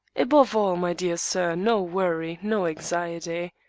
above all, my dear sir, no worry no anxiety.